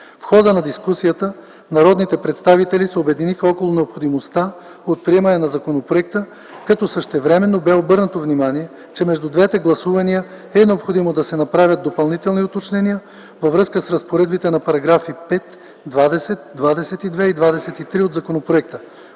В хода на дискусията народните представители се обединиха около необходимостта от приемане на законопроекта, като същевременно бе обърнато внимание, че между двете гласувания е необходимо да се направят допълнителни уточнения във връзка с разпоредбите на параграфи 5, 20, 22 и 23 от законопроекта,